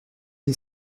n’y